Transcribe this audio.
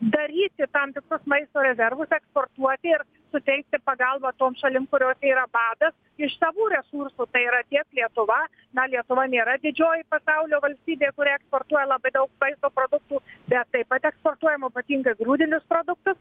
daryti tam tikrus maisto rezervus eksportuoti ir suteikti pagalbą tom šalim kuriose yra badas iš savų resursų tai yra tiek lietuva na lietuva nėra didžioji pasaulio valstybė kuri eksportuoja labai daug maisto produktų bet taip pat eksportuojam o ypatingai grūdinius produktus